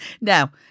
Now